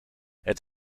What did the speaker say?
het